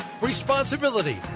responsibility